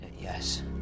Yes